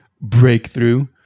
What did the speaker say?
breakthrough